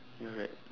you're right